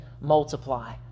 multiply